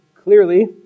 clearly